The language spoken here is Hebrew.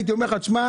הייתי אומר לך עזוב,